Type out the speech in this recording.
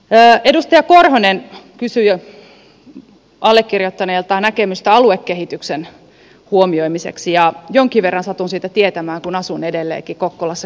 edustaja korhonen kysyi allekirjoittaneelta näkemystä aluekehityksen huomioimisesta ja jonkin verran satun siitä tietämään kun asun edelleenkin kokkolassa keski pohjanmaalla